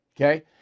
Okay